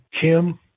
Kim